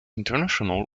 international